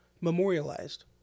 memorialized